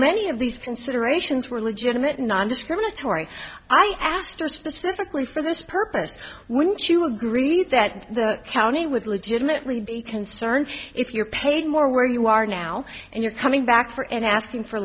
many of these considerations were legitimate nondiscriminatory i asked her specifically for this purpose wouldn't you agree that the county would legitimately be concerned if you're paid more where you are now and you're coming back for and asking for